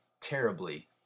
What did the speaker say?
terribly